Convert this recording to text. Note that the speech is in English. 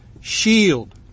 shield